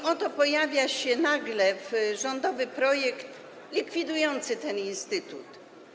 I oto pojawia się nagle rządowy projekt likwidujący ten instytut.